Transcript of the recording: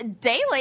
daily